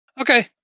Okay